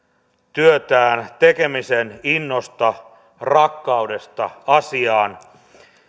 työtään tekemisen innosta rakkaudesta asiaan